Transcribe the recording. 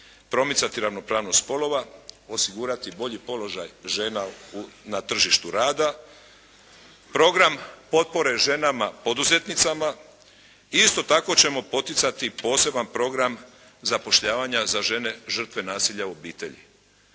promicati ravnopravnost spolova, osigurati bolji položaj žena u, na tržištu rada. Program potpore ženama poduzetnicama isto tako ćemo poticati poseban program zapošljavanja za žene žrtve nasilja u obitelji.